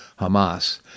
Hamas